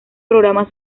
programas